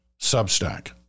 Substack